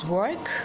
work